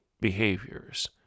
behaviors